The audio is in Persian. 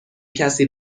کسی